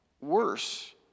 Worse